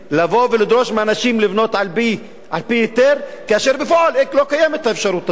לבוא ולדרוש מאנשים לבנות על-פי היתר כאשר בפועל לא קיימת האפשרות הזאת.